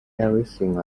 everything